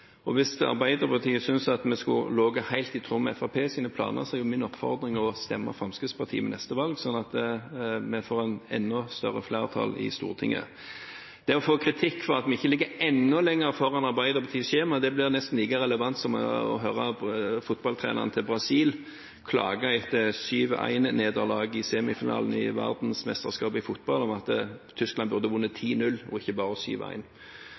Hvis Arbeiderpartiet synes vi skulle ligget helt i tråd med Fremskrittspartiets planer, er min oppfordring å stemme Fremskrittspartiet ved neste valg, slik at vi får et enda større flertall i Stortinget. Det å få kritikk for at vi ikke ligger enda lenger foran Arbeiderpartiets skjema, blir nesten like relevant som å høre fotballtreneren til Brasil klage etter 7–1-nederlaget i semifinalen i verdensmesterskapet i fotball, om at Tyskland burde vunnet 10–0 og ikke bare 7–1. Jeg er veldig tilfreds med det jeg ser fra veiselskapet så langt. De har vist vilje til å